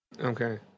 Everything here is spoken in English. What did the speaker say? Okay